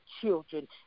children